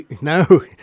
no